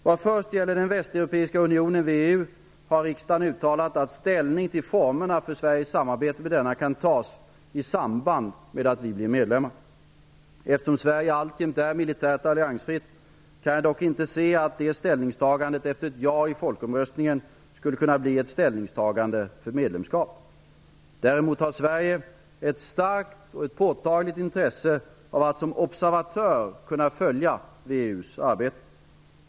Vad först gäller den västeuropeiska unionen, VEU, har riksdagen uttalat att ställning till formerna för Sveriges samarbete med denna kan tas i samband med att vi blir medlemmar. Eftersom Sverige alltjämt är militärt alliansfritt kan jag dock inte se att det ställningstagandet efter ett ja i folkomröstningen skulle kunna bli ett ställningstagande för medlemskap. Däremot har Sverige ett starkt och påtagligt intresse av att som observatör kunna följa VEU:s arbete.